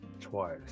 twice